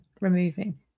removing